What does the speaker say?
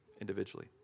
individually